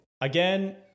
Again